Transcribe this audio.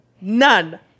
none